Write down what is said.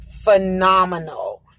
Phenomenal